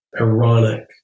ironic